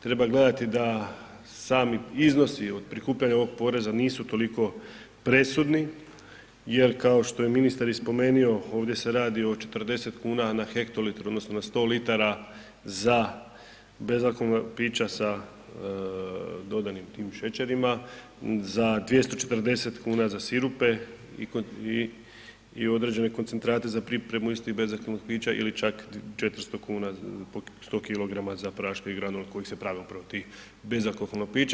Treba gledati da sami iznosi od prikupljanja ovog poreza nisu toliko presudni, jer kao što je ministar i spomenuo ovdje se radi o 40 kuna na hektolitru odnosno na 100 litara za bezalkoholna pića sa dodanim tim šećerima, za 240 kuna za sirupe i određene koncentrate za pripremu istih bezalkoholnih pića ili čak 400 kuna po 100 kg za praške i granule od kojih se prave upravo ti bezalkoholna pića.